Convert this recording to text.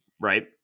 Right